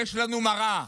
ויש לנו מראה,